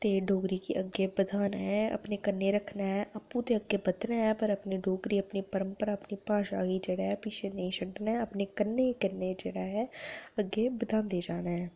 तो डोगरी गी अग्गै बधाना ऐ अपने कन्नै रक्खना ऐ आपूं ते अग्गै बधना ऐ डोगरी अपनी परम्परा गी अपनी भाशा गी पिच्छें नेई छड़ना ऐ अपने कन्नै कन्नै जेह्ड़ा ऐ अग्गै बधांदे जाना ऐ